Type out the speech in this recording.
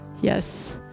Yes